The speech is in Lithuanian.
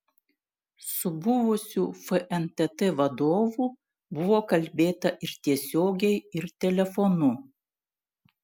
su buvusiu fntt vadovu buvo kalbėta ir tiesiogiai ir telefonu